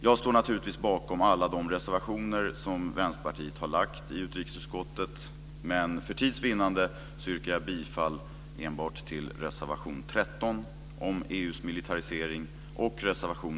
Jag står naturligtvis bakom alla de reservationer som Vänsterpartiet har lagt i utrikesutskottet, men för tids vinnande yrkar jag bifall enbart till reservation 13